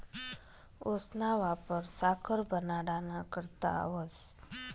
ऊसना वापर साखर बनाडाना करता व्हस